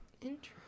interesting